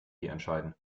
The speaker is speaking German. entscheiden